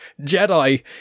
Jedi